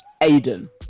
Aiden